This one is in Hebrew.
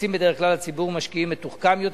מופצים בדרך כלל לציבור משקיעים מתוחכם יותר,